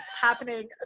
happening